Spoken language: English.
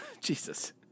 Jesus